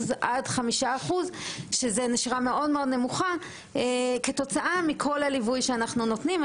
2%-5% שזו נשירה מאוד נמוכה כתוצאה מכל הליווי שאנחנו נותנים.